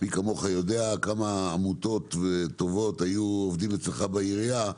מי כמוך יודע כמה עמותות טובות היו עובדות אצלך בעירייה,